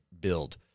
build